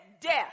death